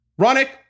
Ronick